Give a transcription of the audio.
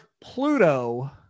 Pluto